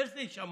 איך זה יישמע?